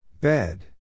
Bed